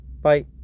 Bye